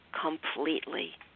completely